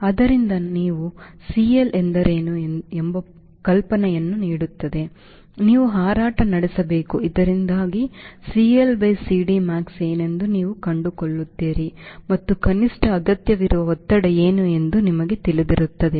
ಆದ್ದರಿಂದ ಅದು ನೀವು CL ಎಂದರೇನು ಎಂಬ ಕಲ್ಪನೆಯನ್ನು ನೀಡುತ್ತದೆ ನೀವು ಹಾರಾಟ ನಡೆಸಬೇಕು ಇದರಿಂದಾಗಿ CLCD max ಏನೆಂದು ನೀವು ಕಂಡುಕೊಳ್ಳುತ್ತೀರಿ ಮತ್ತು ಕನಿಷ್ಠ ಅಗತ್ಯವಿರುವ ಒತ್ತಡ ಏನು ಎಂದು ನಿಮಗೆ ತಿಳಿದಿರುತ್ತದೆ